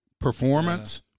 performance